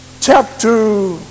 chapter